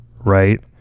right